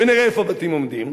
ונראה איפה הבתים עומדים,